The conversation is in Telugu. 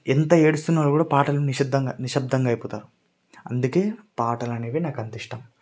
ఎంత ఏడుస్తున్నా కూడా పాట విని నిశ్శబ్ధంగా నిశ్శబ్ధంగా అయిపోతారు అందుకే పాటలు అనేవి నాకు అంతిష్టం